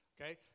okay